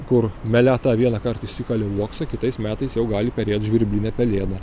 kur meleta vieną kart įsikalė uoksą kitais metais jau gali perėt žvirblinė pelėda